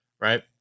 right